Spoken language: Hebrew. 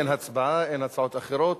אין הצבעה, אין הצעות אחרות.